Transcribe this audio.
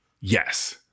yes